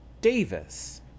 Davis